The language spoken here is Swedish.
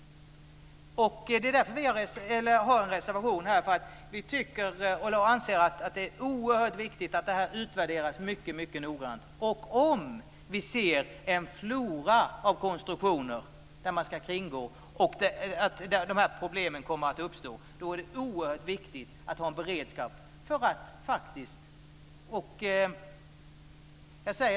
Det är därför vi i Vänsterpartiet har reserverat oss. Vi anser att det är oerhört viktigt att detta utvärderas noggrant. Om vi ser en flora av konstruktioner för att kringgå reglerna, och dessa problem uppstår, är det oerhört viktigt att ha en beredskap.